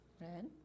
red